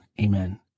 Amen